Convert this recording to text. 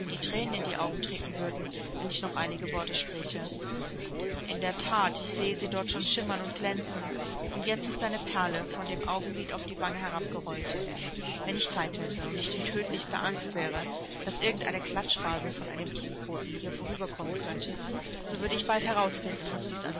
die thränen in die augen treten würden wenn ich noch einige worte spräche in der that ich sehe sie dort schon schimmern und glänzen und jetzt ist eine perle von dem augenlid auf die wange herabgerollt wenn ich zeit hätte und nicht in tödlichster angst wäre daß irgend eine klatschbase von einem dienstboten hier vorüber kommen könnte so würde ich bald herausfinden was dies